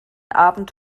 abend